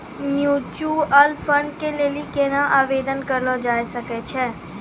Mutual fund के लेली केना आवेदन करलो जाय सकै छै?